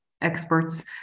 experts